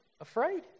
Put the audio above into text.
afraid